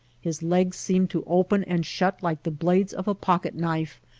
his legs seem to open and shut like the blades of a pocket-knife,